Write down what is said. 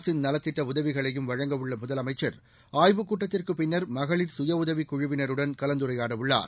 அரசின் நலத்திட்ட உதவிகளையும் வழங்கவுள்ள முதலமைச்சர் ஆய்வுக் கூட்டத்திற்குப் பின்னர் மகளிர் சுயஉதவிக் குழுவினருடன் கலந்துரையாடவுள்ளார்